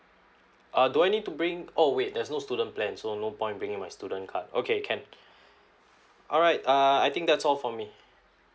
uh do I need to bring oh wait there's no student plan so no point bringing my student card okay can alright uh I think that's all for me